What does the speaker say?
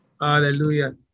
Hallelujah